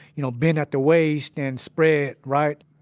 you know, bend at the waist and spread, right.